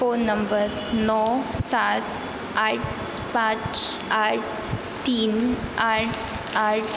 phone number नौ सात आठ पाँच आठ तीन आठ आठ